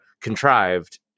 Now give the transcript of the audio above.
contrived